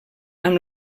amb